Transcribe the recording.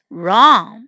wrong